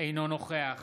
אינו נוכח